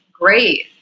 Great